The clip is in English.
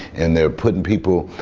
and they're putting people,